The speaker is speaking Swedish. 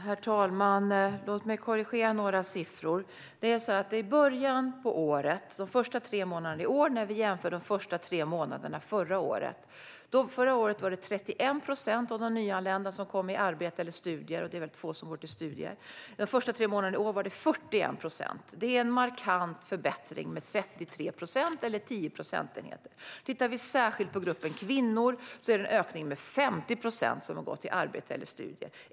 Herr talman! Låt mig korrigera några siffror. Vi jämförde början av året, de första tre månaderna i år, med de första tre månaderna förra året. Förra året var det 31 procent av de nyanlända som kom i arbete eller studier - det är väldigt få som går till studier - och de första tre månaderna i år var det 41 procent. Det är en markant förbättring, med 33 procent eller 10 procentenheter. Tittar vi särskilt på gruppen kvinnor är det en ökning med 50 procent när det gäller personer som har gått till arbete eller studier.